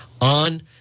on